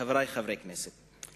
חברי חברי הכנסת,